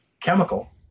chemical